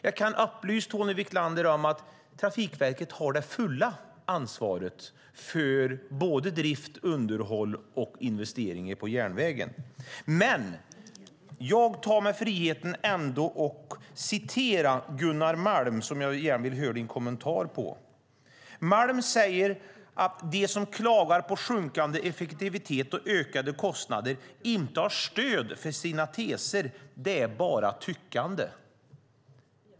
Jag kan upplysa Tony Wiklander om att Trafikverket har det fulla ansvaret för drift, underhåll och investeringar i järnvägen. Jag tar mig ändå friheten att återge vad Gunnar Malm har sagt - jag vill gärna höra din kommentar om det. Malm säger att de som klagar på sjunkande effektivitet och ökade kostnader inte har stöd för sina teser. Det är bara tyckande.